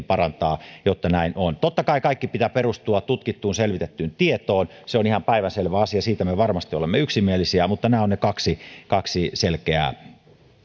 parantaa jotta näin on totta kai kaiken pitää perustua tutkittuun ja selvitettyyn tietoon se on ihan päivänselvä asia siitä me varmasti olemme yksimielisiä mutta nämä ovat ne kaksi kaksi